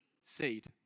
Seed